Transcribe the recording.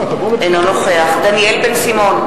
אינו נוכח דניאל בן-סימון,